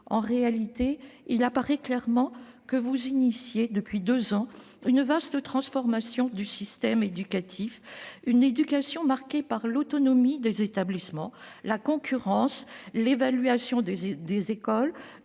En réalité, il apparaît clairement que vous engagez, depuis deux ans, une vaste transformation du système éducatif : une éducation marquée par l'autonomie des établissements, par la concurrence, par l'évaluation, et